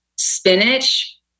spinach